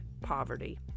poverty